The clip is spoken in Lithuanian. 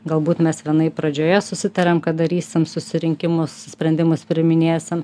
galbūt mes vienaip pradžioje susitarėm kad darysim susirinkimus sprendimus priiminėsim